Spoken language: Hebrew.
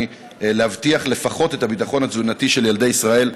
להבטיח לפחות את הביטחון התזונתי של ילדי ישראל,